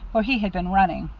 for he had been running.